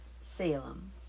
Salem